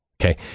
Okay